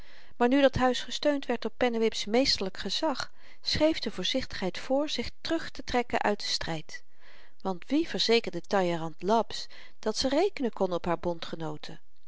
maar nu dat huis gesteund werd door pennewip's meesterlyk gezag schreef de voorzichtigheid voor zich terugtetrekken uit den stryd want wie verzekerde talleyrand laps dat ze rekenen kon op haar bondgenooten